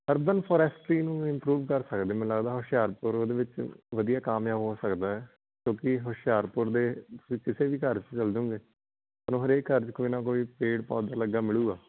urban forestry ਨੂੰ improve ਕਰ ਸਕਦੇ ਮੈਨੂੰ ਲੱਗਦਾ ਹੁਸ਼ਿਆਰਪੁਰ ਉਹਦੇ ਵਿੱਚ ਵਧੀਆ ਕਾਮਯਾਬ ਹੋ ਸਕਦਾ ਹੈ ਕਿਉਂਕਿ ਹੁਸ਼ਿਆਰਪੁਰ ਦੇ ਕਿਸੇ ਵੀ ਘਰ 'ਚ ਚਲ ਜਾਓਂਗੇ ਤੁਹਾਨੂੰ ਹਰੇਕ ਘਰ 'ਚ ਕੋਈ ਨਾ ਕੋਈ ਪੇੜ ਪੌਦੇ ਲੱਗਿਆ ਮਿਲੂਗਾ